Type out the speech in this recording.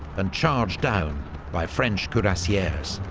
and charged down by french cuirassiers.